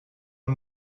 een